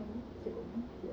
很久很久